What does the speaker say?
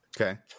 Okay